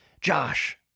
Josh